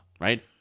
right